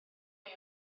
chi